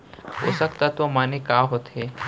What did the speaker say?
पोसक तत्व माने का होथे?